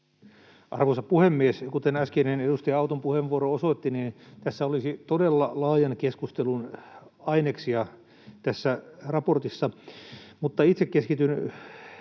Arvoisa puhemies! Kuten äskeinen edustaja Auton puheenvuoro osoitti, tässä raportissa olisi todella laajan keskustelun aineksia, mutta itse keskityn